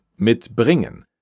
mitbringen